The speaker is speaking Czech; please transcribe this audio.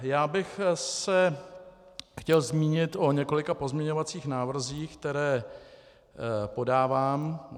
Já bych se chtěl zmínit o několika pozměňovacích návrzích, které podávám.